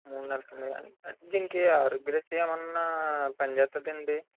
మూడు నెలలకా దీనికి ఆరోగ్యశ్రీ ఏమైనా పని చేస్తుందాండి